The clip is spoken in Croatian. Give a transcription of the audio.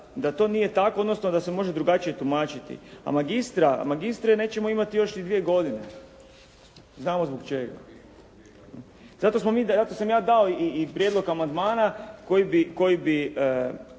da to nije tako odnosno da se može drugačije tumačiti. A magistra, magistre nećemo imati još dvije godine. Znamo zbog čega. Zato smo mi, zato sam ja dao i prijedlog amandmana koji bi